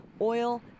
oil